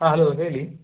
ಹಾಂ ಹಲೋ ಹೇಳಿ